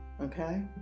okay